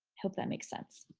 hope that makes sense.